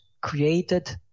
created